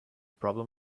problem